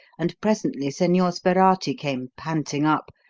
and presently senor sperati came panting up,